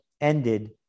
ended